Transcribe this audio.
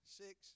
six